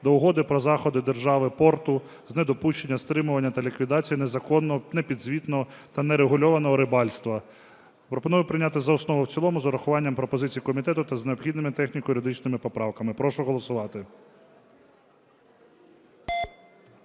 до Угоди про заходи держави порту з недопущення, стримування та ліквідації незаконного, непідзвітного та нерегульованого рибальства. Пропоную прийняти за основу і в цілому з урахуванням пропозицій комітету та з необхідними техніко-юридичними поправками. Прошу голосувати.